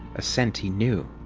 a scent he knew,